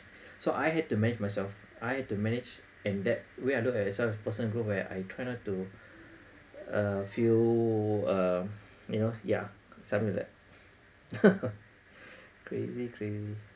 so I had to manage myself I had to manage and that way I look at that sort of person go where I try not to uh feel uh you know yeah something like that crazy crazy